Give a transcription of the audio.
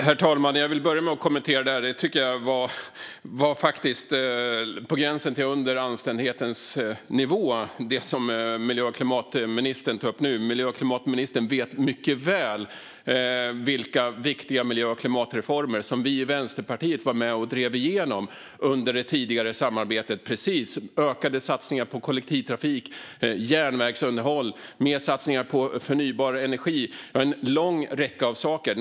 Herr talman! Jag vill börja med att kommentera det som miljö och klimatministern tog upp nu. Det var faktiskt på gränsen till att vara under anständighetens nivå. Hon vet mycket väl vilka viktiga miljö och klimatreformer som vi i Vänsterpartiet var med och drev igenom under det tidigare samarbetet. Precis som sas gällde det ökade satsningar på kollektivtrafik men också järnvägsunderhåll, fler satsningar på förnybar energi och en lång rad saker.